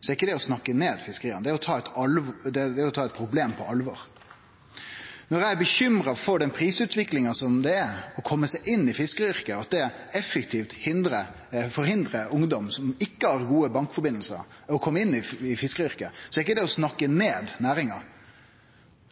så betyr ikkje det at eg snakkar ned fiskerinæringa. Når eg seier at talas tale er klar – det står dårleg til med rekrutteringa til fiskeria – er ikkje det å snakke ned fiskeria. Det er å ta eit problem på alvor. Når eg er bekymra for den prisutviklinga som det er når det gjeld å kome seg inn i fiskaryrket, og at det effektivt forhindrar ungdom som ikkje har gode bankforbindelsar, å kome inn i fiskaryrket, er ikkje det å snakke ned næringa.